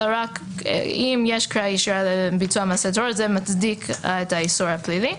אלא רק אם יש קריאה ישירה לביצוע מעשה טרור זה מצדיק את האיסור הפלילי.